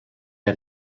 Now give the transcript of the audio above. der